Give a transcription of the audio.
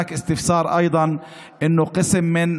יש גם בירור